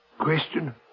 Question